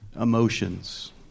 emotions